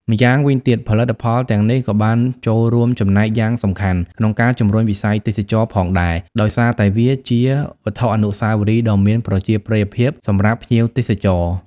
ម្យ៉ាងវិញទៀត ផលិតផលទាំងនេះក៏បានចូលរួមចំណែកយ៉ាងសំខាន់ក្នុងការ ជំរុញវិស័យទេសចរណ៍ ផងដែរ ដោយសារតែវាជាវត្ថុអនុស្សាវរីយ៍ដ៏មានប្រជាប្រិយភាពសម្រាប់ភ្ញៀវទេសចរ។